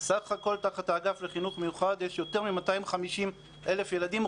סך הכול תחת האגף לחינוך מיוחד יש יותר מ-250,000 ילדים,